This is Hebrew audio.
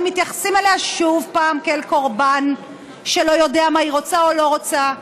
ומתייחסים אליה עוד פעם כאל קורבן שלא יודעת מה היא רוצה או לא רוצה,